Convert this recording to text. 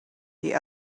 the